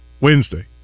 Wednesday